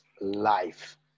life